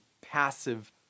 passive